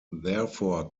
therefore